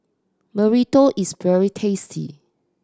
burrito is very tasty